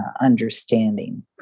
understanding